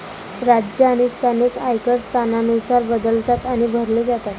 राज्य आणि स्थानिक आयकर स्थानानुसार बदलतात आणि भरले जातात